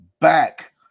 back